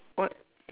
what